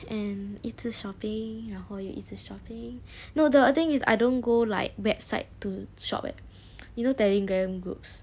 and 一直 shopping 然后又一直 shopping no the thing is I don't go like website to shop eh you know telegram groups